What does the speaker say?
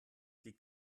liegt